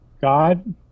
God